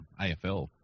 AFL